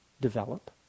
develop